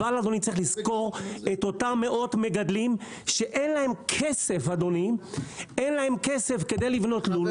אבל צריך לזכור את אותם מאות מגדלים שאין להם כסף לבנות לול.